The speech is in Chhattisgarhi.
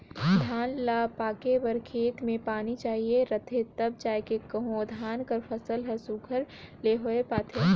धान ल पाके बर खेत में पानी चाहिए रहथे तब जाएके कहों धान कर फसिल हर सुग्घर ले होए पाथे